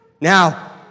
Now